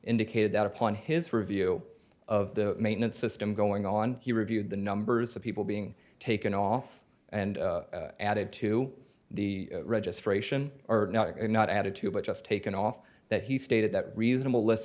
indicated that upon his review of the maintenance system going on he reviewed the numbers of people being taken off and added to the registration or not and not added to but just taken off that he stated that reasonable less